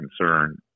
concern